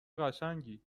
قشنگی